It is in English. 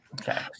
Okay